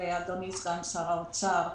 אדוני סגן שר האוצר.